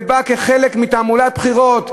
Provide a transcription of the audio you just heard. זה בא כחלק מתעמולת בחירות,